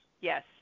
yes